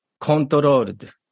controlled